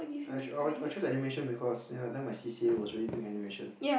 I I'll chose animation because you know that time my C_C_A was already doing animation